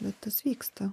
bet tas vyksta